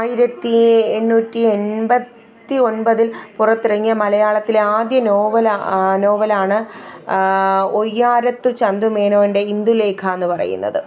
ആയിരത്തി എണ്ണൂറ്റി എണ്പത്തി ഒൻപതില് പുറത്തിറങ്ങിയ മലയാളത്തിലെ ആദ്യ നോവലാണ് നോവലാണ് ഒയ്യാരത്ത് ചന്തു മേനോന്റെ ഇന്ദുലേഖാന്ന് പറയുന്നത്